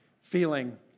feeling